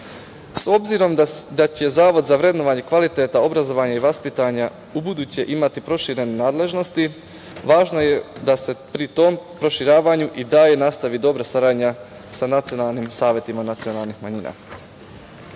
obzirom da će Zavod za vrednovanje kvaliteta obrazovanja i vaspitanja ubuduće imati proširene nadležnosti, važno je da se pri tom proširivanju i dalje nastavi dobra saradnja sa nacionalnim savetima nacionalnih manjina.Za